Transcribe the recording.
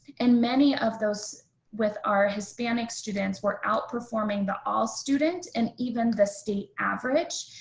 and many of those with our hispanic students were outperforming the all student and even the state average.